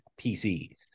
PC